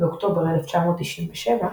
באוגוסט 1997,